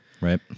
Right